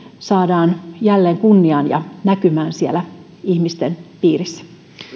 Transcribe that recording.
saadaan jälleen kunniaan ja näkymään siellä ihmisten piirissä